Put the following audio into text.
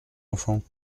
enfants